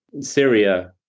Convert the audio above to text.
Syria